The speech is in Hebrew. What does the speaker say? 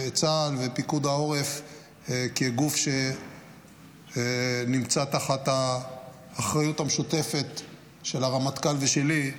צה"ל ופיקוד העורף כגוף שנמצא תחת האחריות המשותפת של הרמטכ"ל ושלי,